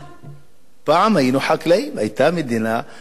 פעם היינו חקלאים, היתה מדינה עם חקלאים